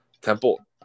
Temple